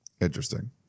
interesting